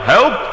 Help